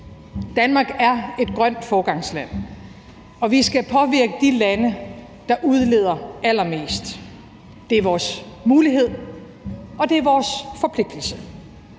Danmark er et grønt foregangsland, og vi skal påvirke de lande, som udleder allermest. Det er vores mulighed, og det er vores forpligtelse.